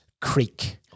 Creek